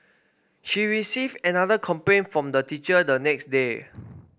she received another complaint from the teacher the next day